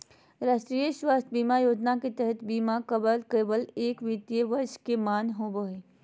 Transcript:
राष्ट्रीय स्वास्थ्य बीमा योजना के तहत बीमा कवर केवल एक वित्तीय वर्ष ले मान्य होबो हय